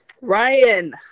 Ryan